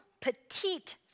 petite